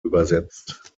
übersetzt